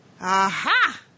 aha